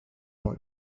boy